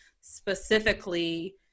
specifically